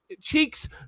cheeks